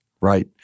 Right